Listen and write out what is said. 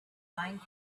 find